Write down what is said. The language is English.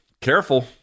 careful